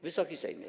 Wysoki Sejmie!